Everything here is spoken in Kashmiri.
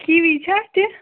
کیٖوی چھا اَتہِ